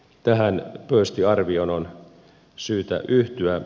tähän pöystin arvioon on syytä yhtyä